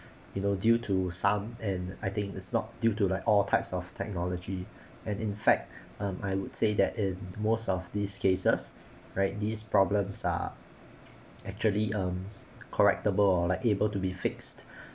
you know due to some and I think is not due to like all types of technology and in fact um I would say that in most of these cases right these problems are actually um correctable or like able to be fixed